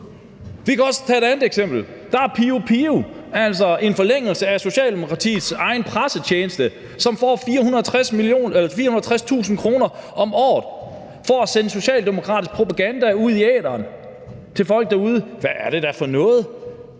Vi kan også tage et andet eksempel. Der er Pio, altså en forlængelse af Socialdemokratiets egen pressetjeneste, som får 460.000 kr. om året for at sende socialdemokratisk propaganda ud i æteren til folk derude. Hvad er det dog for noget!